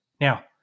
Now-